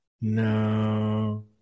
No